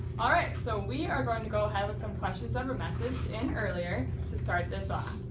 alright, so we are going to go ahead with some questions that were messaged in earlier to start this off.